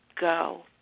go